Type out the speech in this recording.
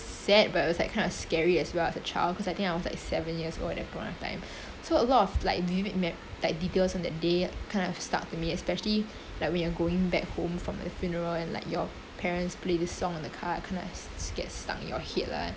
sad but it was kind of scary as well as a child cause I think I was like seven years old at that point of time so a lot of like vivid me~ like details on that day kind of stuck to me especially like when you're going back home from that funeral and like your parents play this song on the car kind of gets stuck in your head lah